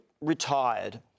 retired